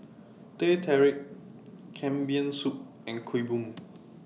Teh Tarik Kambing Soup and Kuih Bom